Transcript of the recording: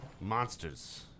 monsters